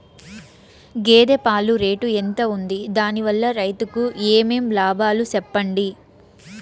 గేదె పాలు రేటు ఎంత వుంది? దాని వల్ల రైతుకు ఏమేం లాభాలు సెప్పండి?